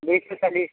ଦୁଇଶହ ଚାଳିଶ